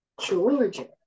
Georgia